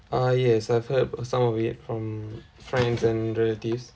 ah yes I've heard some of it from friends and relatives